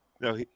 No